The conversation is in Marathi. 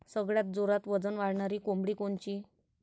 सगळ्यात जोरात वजन वाढणारी कोंबडी कोनची?